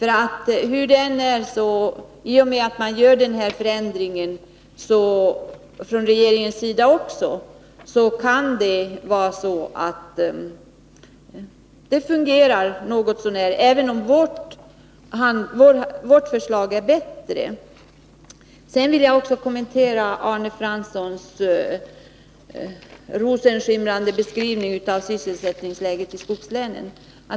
I och med att man från regeringens sida gör den här förändringen kan det vara möjligt att det kommer att fungera något så när, även om vårt förslag är bättre. Sedan vill jag också kommentera Arne Franssons rosenskimrande beskrivning av sysselsättningsläget i skogslänen.